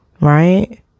right